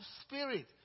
spirit